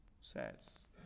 says